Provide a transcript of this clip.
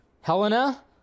Helena